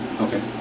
Okay